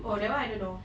oh that [one] I don't know